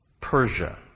Persia